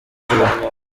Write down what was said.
ubumwe